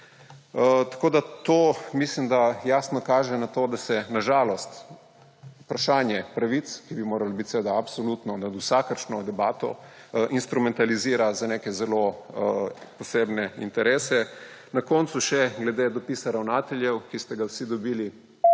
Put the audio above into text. vzdržanih. Mislim, da to jasno kaže na to, da se na žalost vprašanje pravic, ki bi morale biti seveda absolutno nad vsakršno debato, instrumentalizira za neke zelo posebne interese. Na koncu še glede dopisa ravnateljev, ki ste ga vsi dobili